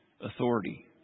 authority